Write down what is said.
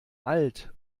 alt